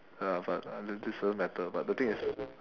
ya lah but this doesn't matter but the thing is